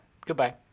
Goodbye